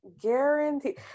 guarantee